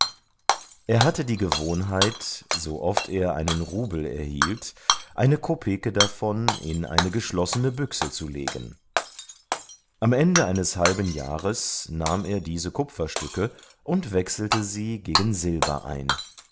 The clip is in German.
er hatte die gewohnheit so oft er einen rubel erhielt eine kopeke davon in eine geschlossene büchse zu legen am ende eines halben jahres nahm er diese kupferstücke und wechselte sie gegen silber ein